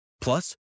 Plus